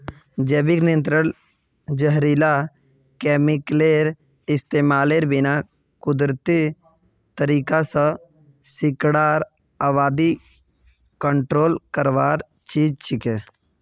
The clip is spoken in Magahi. जैविक नियंत्रण जहरीला केमिकलेर इस्तमालेर बिना कुदरती तरीका स कीड़ार आबादी कंट्रोल करवार चीज छिके